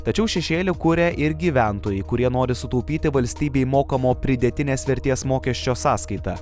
tačiau šešėlį kuria ir gyventojai kurie nori sutaupyti valstybei mokamo pridėtinės vertės mokesčio sąskaita